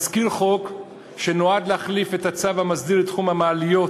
תזכיר חוק שנועד להחליף את הצו המסדיר את תחום המעליות